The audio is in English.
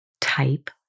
type